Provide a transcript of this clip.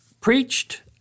preached